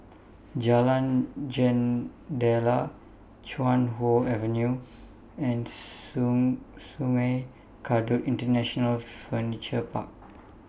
Jalan Jendela Chuan Hoe Avenue and Sungei Kadut International Furniture Park